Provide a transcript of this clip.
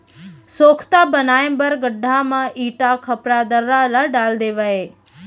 सोख्ता बनाए बर गड्ढ़ा म इटा, खपरा, दर्रा ल डाल देवय